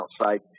outside